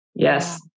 Yes